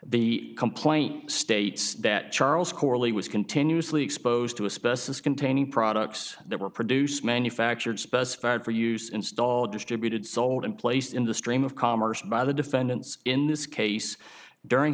the complaint states that charles corley was continuously exposed to a specialist containing products that were produced manufactured specified for use installed distributed sold and placed in the stream of commerce by the defendants in this case during